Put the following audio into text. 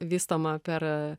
vystoma per e